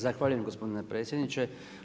Zahvaljujem gospodine predsjedniče.